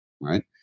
Right